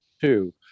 two